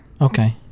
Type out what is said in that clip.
okay